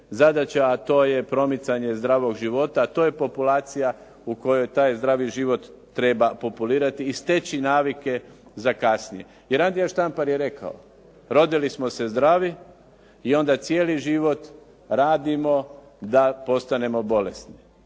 zadaća, a to je promicanje zdravog života. To je populacija u kojoj taj zdravi život treba populirati i steći navike za kasnije. Jer Andrija Štampar je rekao, rodili smo se zdravi i onda cijeli život radimo da postanemo bolesni.